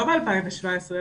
לא ב-2017,